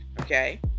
okay